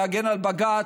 להגן על בג"ץ.